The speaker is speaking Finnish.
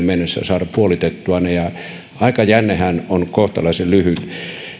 mennessä saada puolitettua ne aikajännehän on kohtalaisen lyhyt